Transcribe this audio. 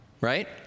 right